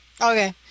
Okay